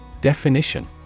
Definition